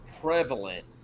prevalent